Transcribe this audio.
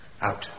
Out